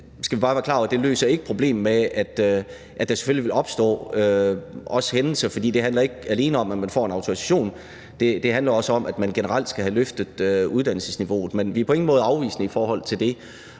skal vi bare være klar over, at det ikke løser problemet med, at der selvfølgelig vil opstå hændelser. For det handler ikke alene om, at man får en autorisation; det handler også om, at man generelt skal have løftet uddannelsesniveauet. Men vi er på ingen måde afvisende i forhold til det.